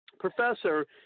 Professor